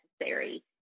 necessary